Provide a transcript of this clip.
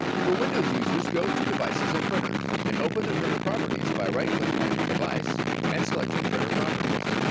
for windows users go to devices and printers and open the printer properties by right clicking on your device and selecting printer properties.